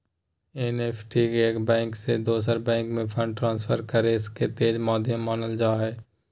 NEFT एक bank से दोसर बैंक में फंड ट्रांसफर करे के तेज माध्यम मानल जा हय